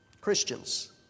Christians